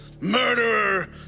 Murderer